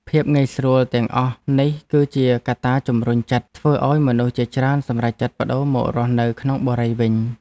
ភាពងាយស្រួលទាំងអស់នេះគឺជាកត្តាជម្រុញចិត្តធ្វើឱ្យមនុស្សជាច្រើនសម្រេចចិត្តប្តូរមករស់នៅក្នុងបុរីវិញ។